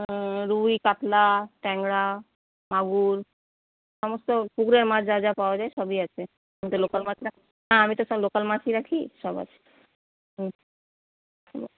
রুই কাতলা ট্যাংরা মাগুর সমস্ত পুকুরের মাছ যা যা পাওয়া যায় সবই আছে আমি তো সব লোকাল মাছ রাখি সব আছে হুম হুম